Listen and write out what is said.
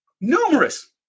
numerous